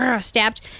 stabbed